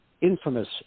infamous